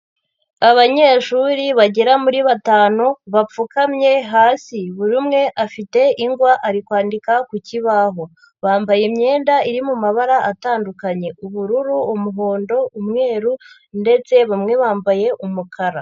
Abanyeshuri bagera muri batanu bapfukamye hasi, buri umwe afite ingwa ari kwandika ku kibaho. Bambaye imyenda iri mu mabara atandukanye. Ubururu, umuhondo, umweru ndetse bamwe bambaye umukara.